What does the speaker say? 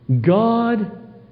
God